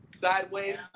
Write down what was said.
sideways